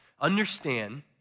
understand